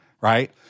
right